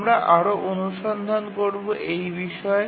আমরা আরও অনুসন্ধান করব এই বিষয়ে